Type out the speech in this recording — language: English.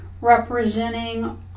representing